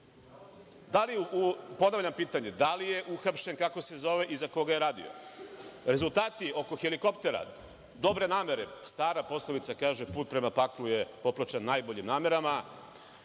desilo? Ponavljam pitanje – da li je uhapšen, kako se zove i za koga je radio? Rezultati oko helikoptera, dobre namere. Stara poslovica kaže – put prema paklu je popločan najboljim namerama.